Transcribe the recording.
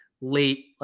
late